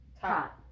top